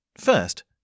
First